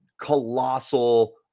colossal